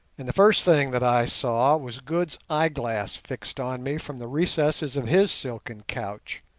and the first thing that i saw was good's eyeglass fixed on me from the recesses of his silken couch.